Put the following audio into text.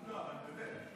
באמת,